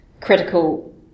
critical